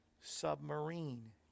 Submarine